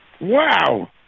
wow